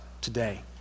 today